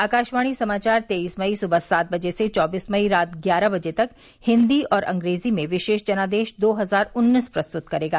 आकाशवाणी समाचार तेईस मई सुबह सात बजे से चौबीस मई रात ग्यारह बजे तक हिंदी और अंग्रेजी में विशेष जनादेश दो हजार उन्नीस प्रस्तुत करेगा